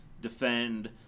defend